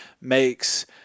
makes